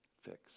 fix